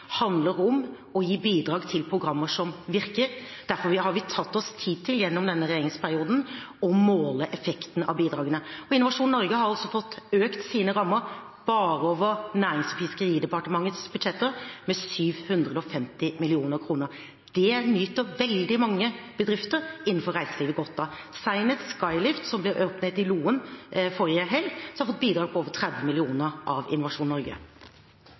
handler om å gi bidrag til programmer som virker. Derfor har vi tatt oss tid til, gjennom denne regjeringsperioden, å måle effekten av bidragene. Innovasjon Norge har altså fått økt sine rammer med 750 mill. kr bare over Nærings- og fiskeridepartementets budsjett. Det nyter veldig mange bedrifter innenfor reiselivet godt av, senest Skylift, som ble åpnet i Loen forrige helg, og som har fått bidrag på over 30 mill. kr av Innovasjon Norge.